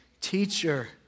Teacher